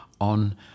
on